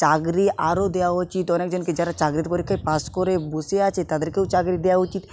চাকরি আরও দেওয়া উচিত অনেক জনকে যারা চাকরির পরীক্ষায় পাস করে বসে আছে তাদেরকেও চাকরি দেওয়া উচিত